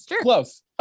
close